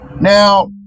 Now